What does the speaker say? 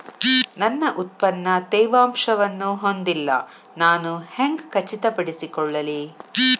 ನನ್ನ ಉತ್ಪನ್ನ ತೇವಾಂಶವನ್ನು ಹೊಂದಿಲ್ಲಾ ನಾನು ಹೆಂಗ್ ಖಚಿತಪಡಿಸಿಕೊಳ್ಳಲಿ?